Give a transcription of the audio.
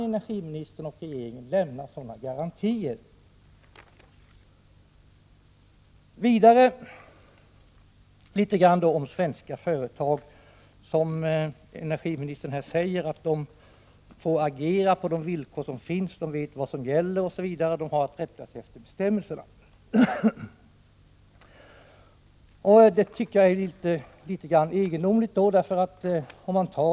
Energiministern säger att svenska företag får agera på de villkor som föreligger. De vet vad som gäller, och de har att rätta sig efter bestämmelserna. Det tycker jag rär litet egendomligt.